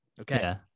Okay